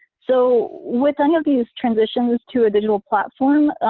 so, with any of these transitions to a digital platform,